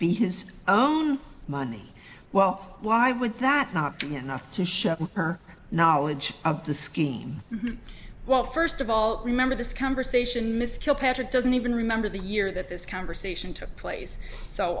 be his own money well why would that not doing enough to show her knowledge of the scheme well first of all remember this conversation miss kilpatrick doesn't even remember the year that this conversation took place so